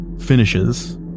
finishes